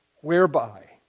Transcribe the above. Whereby